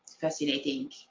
fascinating